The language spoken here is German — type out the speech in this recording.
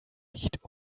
nicht